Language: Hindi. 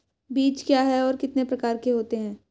बीज क्या है और कितने प्रकार के होते हैं?